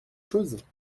chose